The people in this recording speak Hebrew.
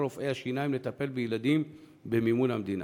רופא שיניים לטפל בילדים במימון המדינה?